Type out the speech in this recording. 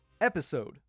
episode